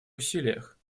усилиях